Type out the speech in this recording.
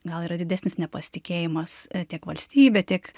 gal yra didesnis nepasitikėjimas tiek valstybe tiek